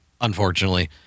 unfortunately